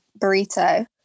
burrito